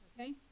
okay